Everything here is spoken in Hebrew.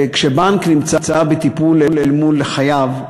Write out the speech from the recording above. כשבנק נמצא בטיפול אל מול חייב,